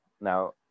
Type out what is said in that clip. now